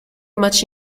much